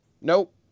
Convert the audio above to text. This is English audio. Nope